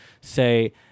say